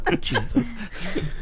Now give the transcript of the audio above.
Jesus